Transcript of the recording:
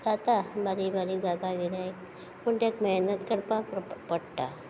जाता बारीक बारीक जाता कितेंय पूण ताका मेहनत करपाक पडटा